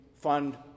fund